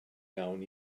iawn